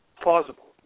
plausible